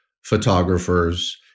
photographers